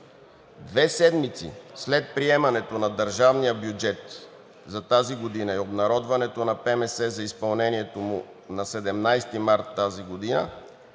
Две седмици след приемането на държавния бюджет за тази година и обнародването на ПМС за изпълнението му на 17 март тази година